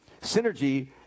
Synergy